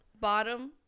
bottom